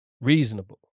reasonable